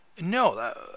no